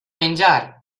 menjar